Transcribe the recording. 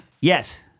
Yes